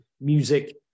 music